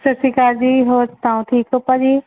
ਸਤਿ ਸ਼੍ਰੀ ਅਕਾਲ ਜੀ ਹੋਰ ਸਣਾਓ ਠੀਕ ਹੋ ਭਾਅ ਜੀ